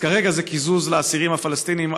אז כרגע זה קיזוז לאסירים הפלסטינים,